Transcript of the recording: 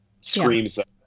screams